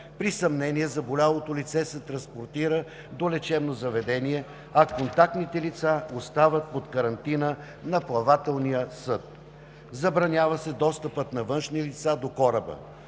При съмнение заболялото лице се транспортира до лечебно заведение, а контактните лица остават под карантина на плавателния съд. Забранява се достъпът на външни лица до кораба.